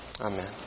Amen